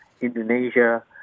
Indonesia